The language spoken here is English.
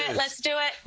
ah let's do it.